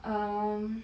um